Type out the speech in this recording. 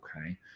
Okay